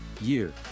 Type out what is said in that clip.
Year